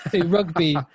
rugby